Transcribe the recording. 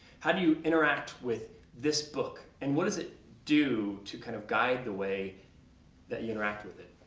how do you interact with this book? and what does it do to kind of guide the way that you interact with it?